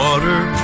Water